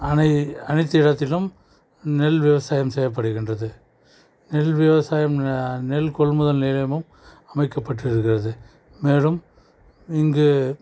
அனை அனைத்து இடத்திலும் நெல் விவசாயம் செய்யப்படுகின்றது நெல் விவசாயம் நெல் கொள்முதல் நிலையமும் அமைக்கப்பட்டு இருக்கிறது மேலும் இங்கு